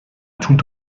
tout